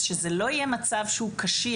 אז שזה לא יהיה מצב שהוא קשיח,